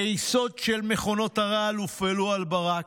גייסות של מכונות הרעל הופעלו על ברק: